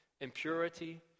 impurity